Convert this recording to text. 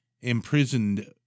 imprisoned